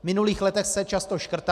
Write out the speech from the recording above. V minulých letech se často škrtalo.